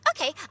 Okay